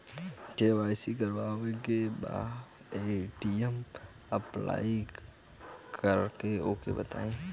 KYC करावे के बा ए.टी.एम अप्लाई करा ओके बताई?